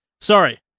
Sorry